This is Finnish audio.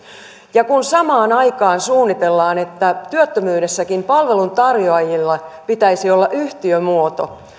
ja kun samaan aikaan suunnitellaan että työttömyydessäkin palveluntarjoajilla pitäisi olla yhtiömuoto niin